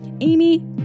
amy